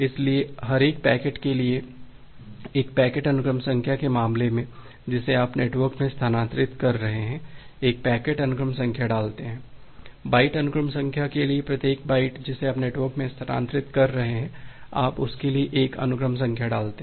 इसलिए हर एक पैकेट के लिए एक पैकेट अनुक्रम संख्या के मामले में जिसे आप नेटवर्क में स्थानांतरित कर रहे हैं एक पैकेट अनुक्रम संख्या डालते हैं बाइट अनुक्रम संख्या के लिए प्रत्येक बाइट जिसे आप नेटवर्क में स्थानांतरित कर रहे हैं आप उसके लिए एक अनुक्रम संख्या डालते हैं